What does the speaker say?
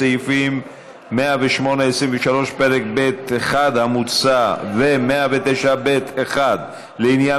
סעיפים 108(23) פרק ב'1 המוצע ו-109(ב)(1) לעניין